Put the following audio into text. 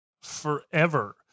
forever